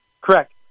Correct